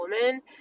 woman